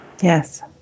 Yes